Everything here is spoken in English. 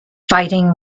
fighting